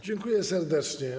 Dziękuję serdecznie.